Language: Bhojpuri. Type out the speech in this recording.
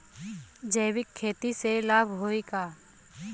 जैविक खेती से लाभ होई का?